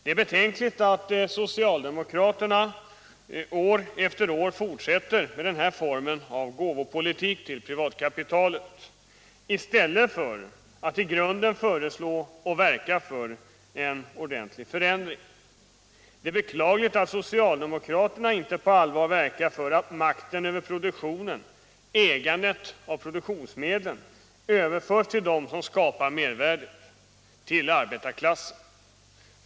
Det är betänkligt att socialdemokraterna år efter år fortsätter med denna form av gåvopolitik i förhållande till privatkapitalet, i stället för att i grunden föreslå och verka för en förändring. Det är beklagligt att socialdemokraterna inte på allvar verkar för att makten över produktionen — ägandet av produktionsmedlen — överförs till dem som skapar mervärdet, till arbetarklassen.